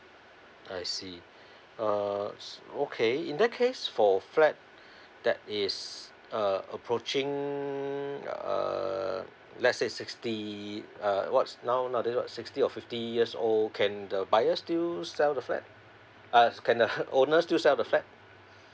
I see uh okay in that case for flat that is uh approaching uh let's say sixty uh what's now nowadays what sixty or fifty years old can the buyer still sell the flat uh can the owner still sell the flat